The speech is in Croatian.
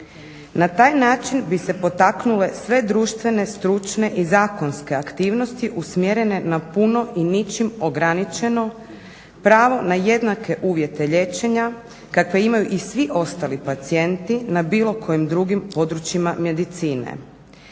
Na taj način bi se potaknule sve društvene, stručne i zakonske aktivnosti usmjerene na puno i ničim ograničeno pravo na jednake uvjete liječenja kakve imaju i svi ostali pacijenti na bilo kojim drugim područjima medicine.